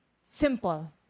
simple